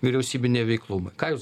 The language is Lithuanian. vyriausybių neveiklumui ką jūs